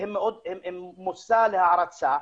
והם מושא להערצה,